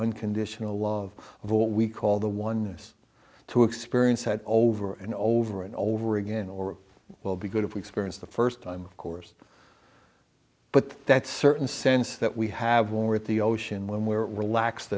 unconditional love of what we call the oneness to experience that over and over and over again or will be good if we experience the first time of course but that certain sense that we have when we're at the ocean when we are relaxed